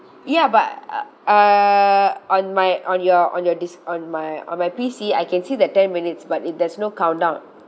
ya but uh on my on your on your disk on my on my P_C I can see the ten minutes but it there's no countdown